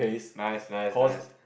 nice nice nice